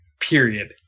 period